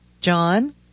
John